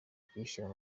kuyishyira